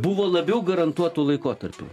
buvo labiau garantuotų laikotarpių